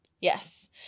Yes